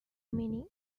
many